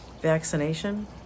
vaccination